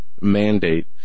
mandate